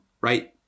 right